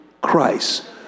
Christ